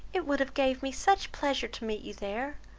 it would have gave me such pleasure to meet you there!